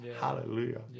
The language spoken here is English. Hallelujah